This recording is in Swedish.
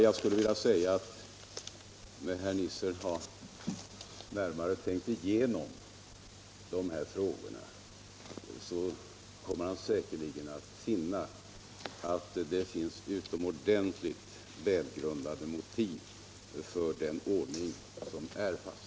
När herr Nisser närmare har tänkt igenom dessa frågor kommer han säkerligen att finna att det finns utomordentligt välgrundade motiv för den ordning som är fastlagd.